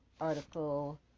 article